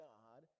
God